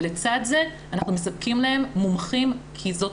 ולצד זה אנחנו מספקים להם מומחים כי זאת